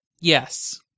Yes